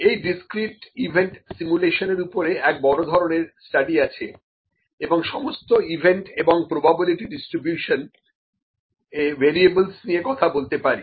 এই discrete event simulation এর ওপরে এক বড় ধরনের স্টাডি আছে এবং সমস্ত ইভেন্ট এবং প্রোবাবিলিটি ডিস্ট্রিবিউশন এ ভ্যারিয়েবলস নিয়ে কথা বলতে পারি